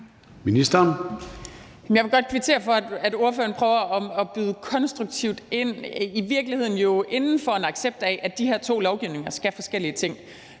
Jeg vil godt kvittere for, at ordføreren prøver at byde konstruktivt ind, i virkeligheden jo inden for en accept af, at de her to lovgivninger skal forskellige ting